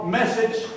message